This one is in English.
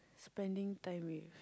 spending time with